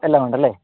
എല്ലാം ഉണ്ടല്ലെ